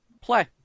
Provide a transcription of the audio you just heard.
play